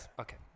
Okay